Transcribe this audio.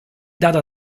data